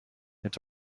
its